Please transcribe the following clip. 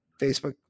Facebook